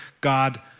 God